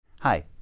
Hi